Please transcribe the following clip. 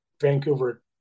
Vancouver